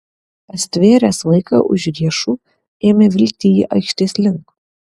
pastvėręs vaiką už riešų ėmė vilkti jį aikštės link